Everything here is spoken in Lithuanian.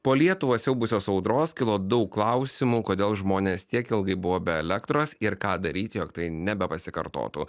po lietuvą siaubusios audros kilo daug klausimų kodėl žmonės tiek ilgai buvo be elektros ir ką daryti jog tai nebepasikartotų